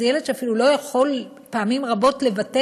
זה ילד שאפילו לא יכול פעמים רבות לבטא